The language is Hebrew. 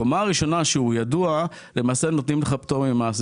בקומה הראשונה למעשה נותנים לך פטור ממס.